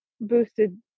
boosted